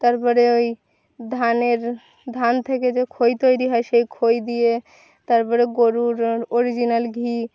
তারপরে ওই ধানের ধান থেকে যে খই তৈরি হয় সেই খই দিয়ে তারপরে গরুর অরিজিনাল ঘি